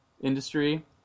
industry